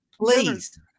Please